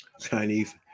Chinese